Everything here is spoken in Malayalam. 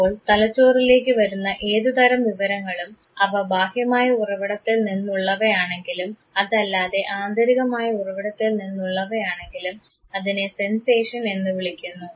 അപ്പോൾ തലച്ചോറിലേക്ക് വരുന്ന ഏതുതരം വിവരങ്ങളും അവ ബാഹ്യമായ ഉറവിടത്തിൽ നിന്നുള്ളവയാണെങ്കിലും അതല്ലാതെ ആന്തരികമായ ഉറവിടത്തിൽ നിന്നുള്ളവയാണെങ്കിലും അതിനെ സെൻസേഷൻ എന്ന് വിളിക്കുന്നു